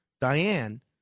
Diane